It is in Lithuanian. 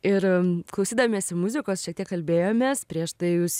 ir klausydamiesi muzikos šiek tiek kalbėjomės prieš tai jūs